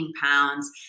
pounds